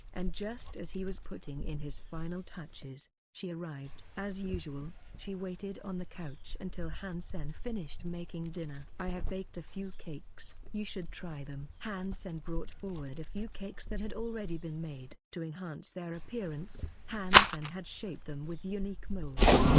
and just as he was putting in his final touches, she arrived. as usual, she waited on the couch until han sen finished making dinner. i have baked a few cakes you should try them. han sen brought forward a few cakes that had already been made. to enhance their appearance, han sen and had shaped them with unique molds.